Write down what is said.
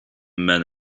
men